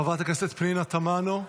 חברת הכנסת פנינה תמנו,